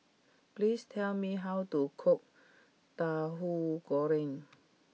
please tell me how to cook Tahu Goreng